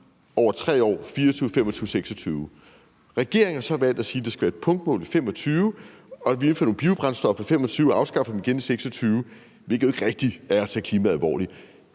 over 3 år – 2024, 2025 og 2026. Regeringen har så valgt at sige, at det skal være et punktmål i 2025, og at vi indfører nogle biobrændstoffer i 2025 og afskaffer dem igen i 2026, hvilket jo ikke rigtig er at tage klimaet alvorligt.